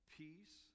peace